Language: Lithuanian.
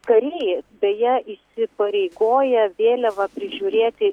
kariai beje įsipareigoja vėliavą prižiūrėti